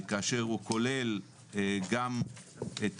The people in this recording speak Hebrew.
הוא כולל גם את